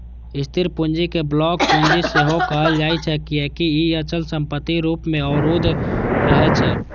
स्थिर पूंजी कें ब्लॉक पूंजी सेहो कहल जाइ छै, कियैकि ई अचल संपत्ति रूप मे अवरुद्ध रहै छै